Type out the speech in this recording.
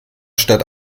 statt